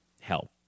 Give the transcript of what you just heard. help